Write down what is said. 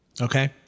Okay